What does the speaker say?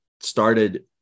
started